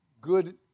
good